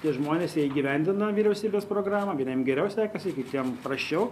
tie žmonės jie įgyvendina vyriausybės programą vieniem geriau sekasi kitiem prasčiau